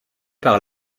par